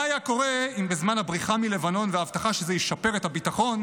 מה היה קורה אם בזמן הבריחה מלבנון וההבטחה שזה ישפר את הביטחון,